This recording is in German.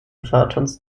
platons